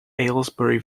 aylesbury